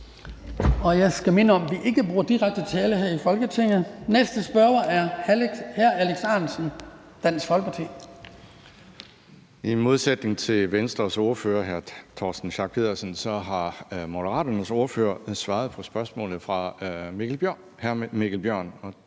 Jeg skal minde om, at vi ikke bruger direkte tiltale her i Folketinget. Næste spørger er hr. Alex Ahrendtsen, Dansk Folkeparti. Kl. 10:16 Alex Ahrendtsen (DF): I modsætning til Venstres ordfører, hr. Torsten Schack Pedersen, har Moderaternes ordfører svaret på spørgsmålene fra hr. Mikkel Bjørn,